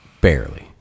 Barely